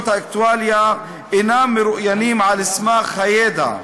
האקטואליה אינם מרואיינים על סמך הידע,